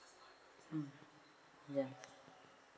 mm ya